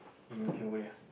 in Cambodia